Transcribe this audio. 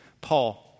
Paul